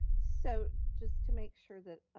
so just to make sure that,